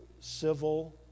civil